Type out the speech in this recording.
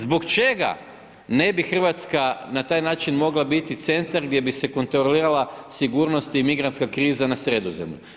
Zbog čega ne bi RH na taj način mogla biti centar gdje bi se kontrolirala sigurnost i migrantska kriza na Sredozemlju?